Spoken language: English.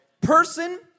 person